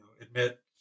admit